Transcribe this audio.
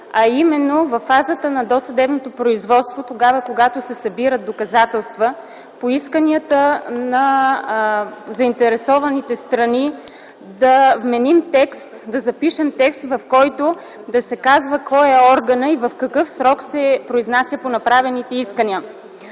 а именно: във фазата на досъдебното производство, когато се събират доказателства, по исканията на заинтересованите страни да вменим, да запишем текст, в който да се каже кой е органът и в какъв срок се произнася по направените искания.